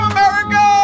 America